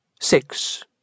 six